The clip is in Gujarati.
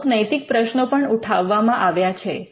અમુક નૈતિક પ્રશ્નો પણ ઉઠાવવામાં આવ્યા છે